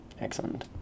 Excellent